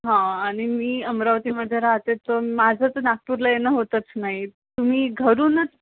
हा आणि मी अमरावतीमध्ये राहते तर माझं तरं नागपूरला येणं होतंच नाही तुम्ही घरूनच